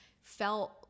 felt